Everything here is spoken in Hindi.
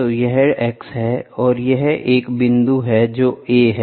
तो यह x है और यह एक बिंदु है जो a है